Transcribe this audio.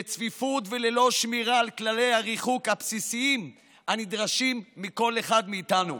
בצפיפות וללא שמירה על כללי הריחוק הבסיסיים הנדרשים מכל אחד מאיתנו?